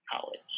college